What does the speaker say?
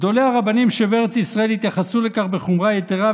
גדולי הרבנים שבארץ ישראל התייחסו לכך בחומרה יתרה,